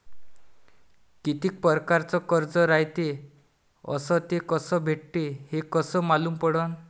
कितीक परकारचं कर्ज रायते अस ते कस भेटते, हे कस मालूम पडनं?